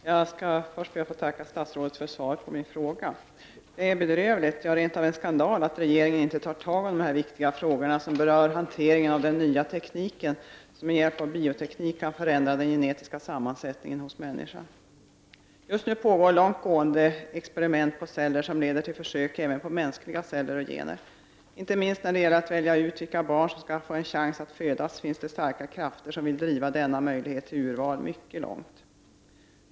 Herr talman! Jag skall först be att få tacka statsrådet för svaret på min fråga. Det är bedrövligt, ja, rent av en skandal, att regeringen inte tar tag i de viktiga frågorna som berör hanteringen av den nya tekniken, som kan förändra den genetiska sammansättningen hos människan. Just nu sker det långtgående experiment på djurceller, vilka leder till försök även på mänskliga celler och gener. Inte minst när det gäller att välja ut vilka barn som skall få en chans att födas finns det starka krafter som vill driva denna möjlighet till urval mycket långt.